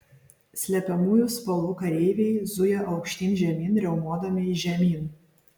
slepiamųjų spalvų kareiviai zuja aukštyn žemyn riaumodami žemyn